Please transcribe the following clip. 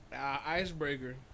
Icebreaker